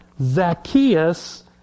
Zacchaeus